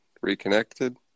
Reconnected